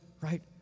Right